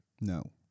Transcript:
No